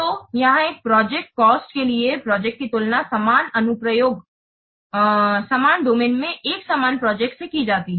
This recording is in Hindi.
तो यहाँ एक प्रोजेक्ट Project कॉस्ट के लिए प्रोजेक्ट की तुलना समान अनुप्रयोग डोमेन में एक समान प्रोजेक्ट से की जाती है